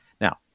Now